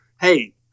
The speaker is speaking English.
hey